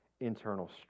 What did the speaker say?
internal